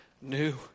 new